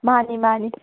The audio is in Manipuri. ꯃꯥꯅꯤ ꯃꯥꯅꯤ